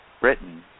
Britain